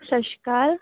ਸਤਿ ਸ਼੍ਰੀ ਅਕਾਲ